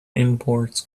imports